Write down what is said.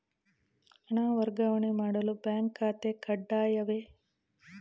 ಹಣ ವರ್ಗಾವಣೆ ಮಾಡಲು ಬ್ಯಾಂಕ್ ಖಾತೆ ಕಡ್ಡಾಯವೇ?